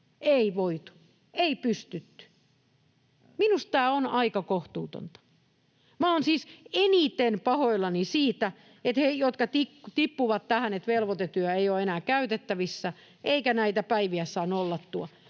ei voitu, ei pystytty. Minusta tämä on aika kohtuutonta. Minä olen siis eniten pahoillani siitä, että heille, jotka tippuvat tähän, että velvoitetyö ei ole enää käytettävissä eikä näitä päiviä saa nollattua,